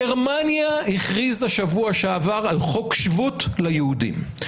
גרמניה הכריזה שבוע שעבר על חוק שבות ליהודים.